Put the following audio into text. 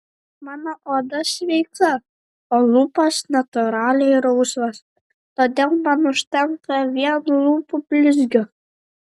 mano oda sveika o lūpos natūraliai rausvos todėl man užtenka vien lūpų blizgio